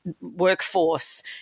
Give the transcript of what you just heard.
workforce